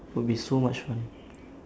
would be so much fun